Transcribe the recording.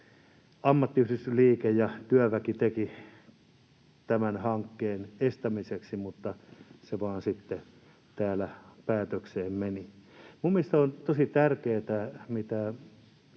ammattiyhdistysliike ja työväki tekivät tämän hankkeen estämiseksi, mutta se vain sitten täällä päätökseen meni. Minun mielestäni on tosi tärkeätä, mitä